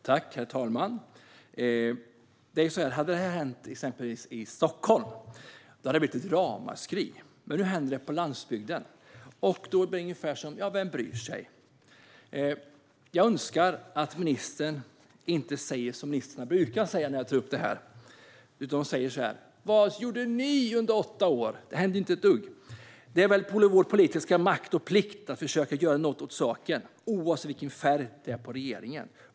Herr talman! Om detta hade hänt i exempelvis Stockholm hade det blivit ett ramaskri. Men nu händer det på landsbygden, och då blir reaktionen ungefär: Vem bryr sig? Jag önskar att ministern inte säger som ministrar brukar säga när jag tar upp detta. De brukar säga: Vad gjorde ni under åtta år? Det hände inte ett dugg. Det är vår politiska makt och plikt att försöka göra något åt saken, oavsett vilken färg det är på regeringen.